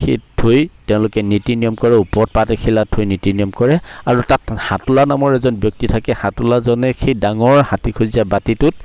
সেই থৈ তেওঁলোকে নীতি নিয়ম কৰে ওপৰত পাত এখিলা থৈ নীতি নিয়ম কৰে আৰু তাত সাঁতোলা নামৰ এজন ব্যক্তি থাকে সাঁতোলাজনে সেই ডাঙৰ হাতীখোজীয়া বাতিটোত